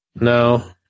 No